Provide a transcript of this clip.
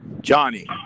Johnny